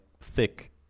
thick